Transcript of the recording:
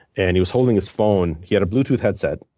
and he was holding his phone. he had a blue tooth headset.